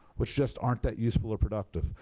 which just aren't that useful or productive.